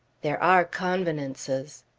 there are convenances.